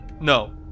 No